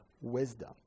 wisdom